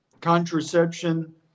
contraception